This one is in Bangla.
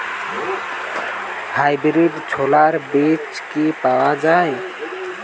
হাইব্রিড ছোলার বীজ কি পাওয়া য়ায়?